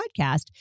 podcast